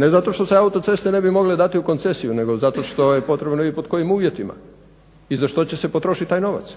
Ne zato što se autoceste ne bi mogle dati u koncesiju nego zato što je potrebno i pod kojim uvjetima i za što će se potrošiti novac.